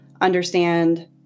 understand